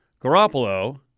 Garoppolo